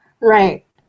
Right